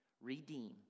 redeem